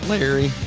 Larry